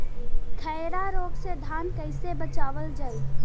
खैरा रोग से धान कईसे बचावल जाई?